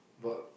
but